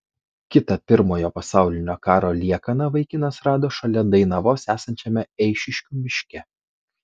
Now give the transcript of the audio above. kitą pirmojo pasaulinio karo liekaną vaikinas rado šalia dainavos esančiame eišiškių miške